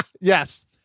Yes